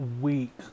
week